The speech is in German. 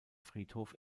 friedhof